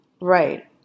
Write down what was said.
Right